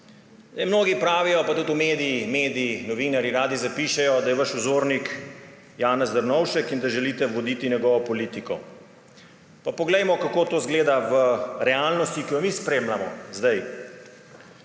Mnogi pravijo pa tudi v medijih novinarji radi zapišejo, da je vaš vzornik Janez Drnovšek in da želite voditi njegovo politiko. Pa poglejmo, kako to izgleda v realnosti, ki jo mi spremljamo zdaj.